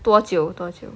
多久多久